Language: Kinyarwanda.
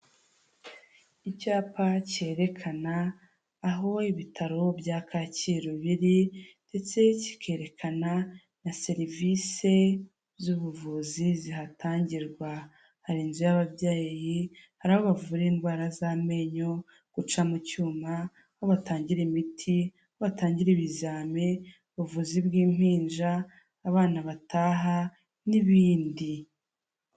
Icyapa cyerekana aho ibitaro bya Kacyiru biri ndetse kikerekana na serivisi z'ubuvuzi zihatangirwa, hari inzu y'ababyeyi, hari aho bavura indwara z'amenyo, guca mu cyuma, aho batangira imiti, aho batangira ibizami, ubuvuzi bw'impinja, abana bataha n'ibindi.